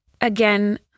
Again